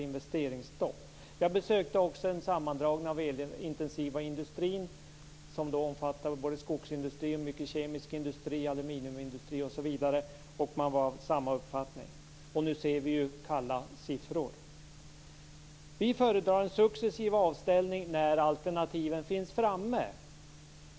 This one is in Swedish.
Jag gjorde också ett besök vid en sammandragning av den elintensiva industrin, som omfattar skogsindustrin, många kemiska industrier, aluminiumindustrin osv. De var av samma uppfattning. Och nu ser vi ju kalla siffror. Vi föredrar en successiv avställning när alternativen finns framme.